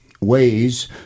ways